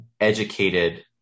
educated